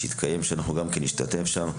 אנחנו נשתתף גם בו.